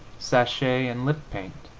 sachet and lip paint.